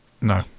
no